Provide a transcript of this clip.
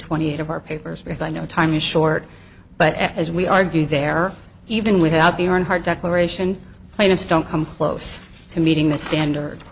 twenty eight of our papers because i know time is short but as we argue there even without the earnhardt declaration plaintiffs don't come close to meeting the standards